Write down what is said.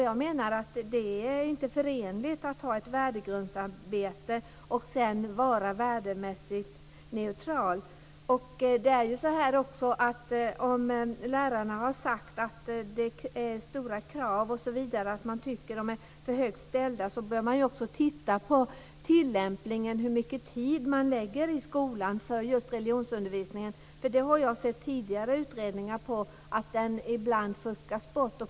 Jag menar att det inte är förenligt att ha ett värdegrundsarbete och sedan vara värdemässigt neutral. Om lärarna har sagt att det är stora krav - om kraven alltså anses vara för högt ställda - bör man titta närmare på tillämpningen, på hur mycket tid som avsätts i skolan för just religionsundervisningen. I tidigare utredningar har jag sett att den saken ibland fuskas bort.